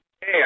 Hey